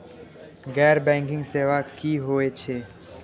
गैर बैंकिंग सेवा की होय छेय?